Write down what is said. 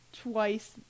twice